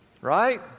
Right